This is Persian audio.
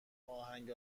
آهنگ